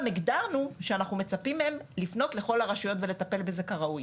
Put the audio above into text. הגדרנו שאנחנו מצפים מהן לפנות לכל הרשויות ולטפל בזה כראוי.